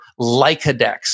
lycodex